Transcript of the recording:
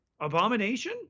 abomination